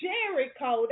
Jericho